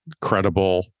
credible